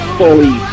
fully